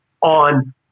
on